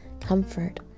comfort